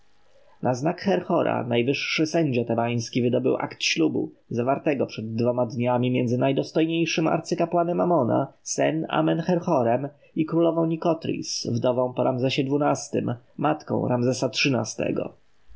na znak herhora najwyższy sędzia tebański wydobył akt ślubu zawartego przed dwoma dniami między najdostojniejszym arcykapłanem amona san-amen-herhorem i królową nikotris wdową po ramzesie xii-tym matką ramzesa